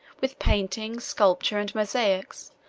with painting, sculpture, and mosaics,